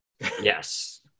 Yes